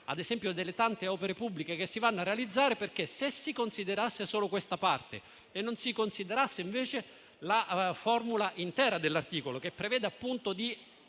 ad esempio, delle tante opere pubbliche che si vanno a realizzare. Se si considerasse infatti solo questa parte e non si considerasse invece la formula intera dell'articolo, che prevede di